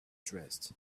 dressed